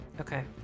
Okay